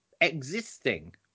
existing